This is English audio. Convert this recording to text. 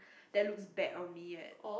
that looks bad on me yet